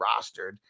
rostered